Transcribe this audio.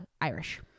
Irish